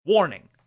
Warning